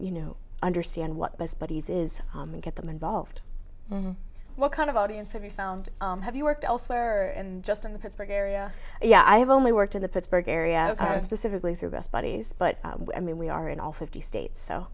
you know understand what best buddies is get them involved what kind of audience have you found have you worked elsewhere and just in the pittsburgh area yeah i have only worked in the pittsburgh area i specifically through best buddies but i mean we are in all fifty states so